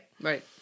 Right